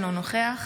אינו נוכח